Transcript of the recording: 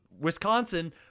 Wisconsin